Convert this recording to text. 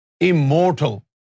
immortal